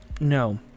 No